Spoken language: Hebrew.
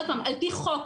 על פי חוק,